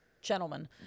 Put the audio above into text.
gentlemen